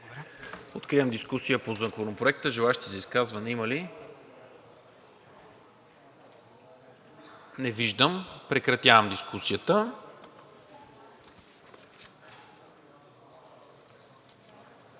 Откривам дискусията по Законопроекта. Желаещи за изказване има ли? Не виждам. Прекратявам дискусията.